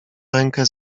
rękę